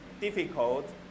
difficult